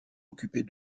occupée